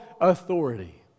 authority